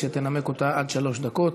שתנמק אותה עד שלוש דקות.